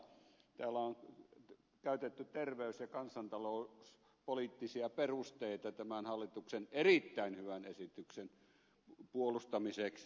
täällä on käytetty terveys ja kansantalouspoliittisia perusteita tämän hallituksen erittäin hyvän esityksen puolustamiseksi